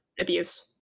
abuse